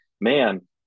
man